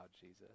Jesus